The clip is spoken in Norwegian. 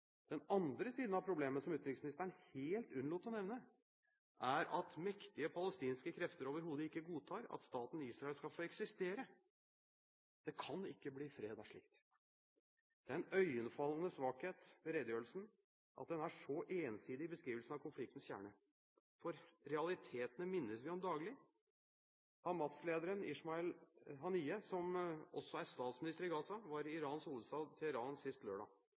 Den andre siden av problemet, som utenriksministeren helt unnlot å nevne, er at mektige palestinske krefter overhodet ikke godtar at staten Israel skal få eksistere. Det kan ikke bli fred av slikt. Det er en iøynefallende svakhet ved redegjørelsen at den er så ensidig i beskrivelsen av konfliktens kjerne, for realitetene minnes vi om daglig. Hamas-lederen Ismail Hanieh, som også er statsminister i Gaza, var i Irans hovedstad Teheran sist lørdag.